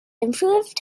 improved